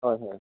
হয় হয়